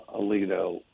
Alito